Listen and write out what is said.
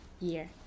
year